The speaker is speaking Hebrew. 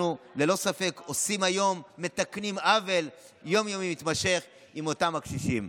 אנחנו ללא ספק מתקנים היום עוול יום-יומי מתמשך לאותם הקשישים.